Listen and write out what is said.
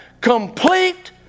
complete